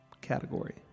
category